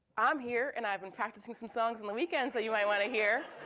i'm here and i've been practicing some songs on the weekends that you might wanna hear.